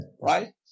Right